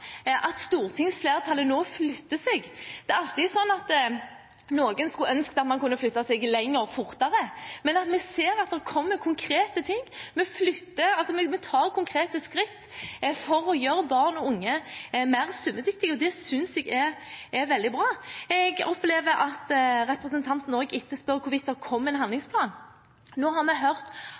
at stortingsflertallet nå flytter seg. Det er alltid sånn at noen skulle ønsket at man kunne flyttet seg lenger og fortere. Men vi ser at det kommer konkrete ting – vi tar konkrete skritt for å gjøre barn og unge mer svømmedyktige. Det synes jeg er veldig bra. Jeg opplever at representanten også etterspør hvorvidt det kommer en handlingsplan. Nå har vi hørt